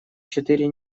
четыре